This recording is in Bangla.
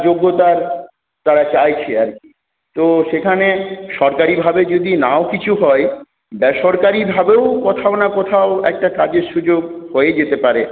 যোগ্যতার তারা চাইছে আর কি তো সেখানে সরকারিভাবে যদি নাও কিছু হয় বেসরকারি ভাবেও কোথাও না কোথাও একটা কাজের সুযোগ হয়ে যেতে পারে